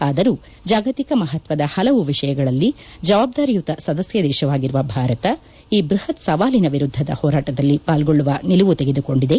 ಆದರೂ ಜಾಗತಿಕ ಮಹತ್ವದ ಹಲವು ವಿಷಯಗಳಲ್ಲಿ ಜವಾಬ್ದಾರಿಯುತ ಸದಸ್ಯ ದೇಶವಾಗಿರುವ ಭಾರತ ಈ ಬ್ಬಹತ್ ಸವಾಲಿನ ವಿರುದ್ದದ ಹೋರಾಟದಲ್ಲಿ ಪಾಲ್ಗೊಳ್ಳುವ ನಿಲುವು ತೆಗೆದುಕೊಂಡಿದೆ